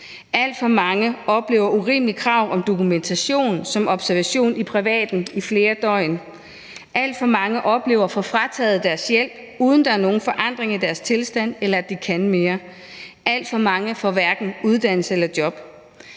Alt for mange oplever urimelige krav om dokumentation såsom observation i privaten i flere døgn. Alt for mange oplever at få frataget deres hjælp, uden at der er nogen forandring i deres tilstand eller at de kan mere. Alt for mange får hverken uddannelse eller job.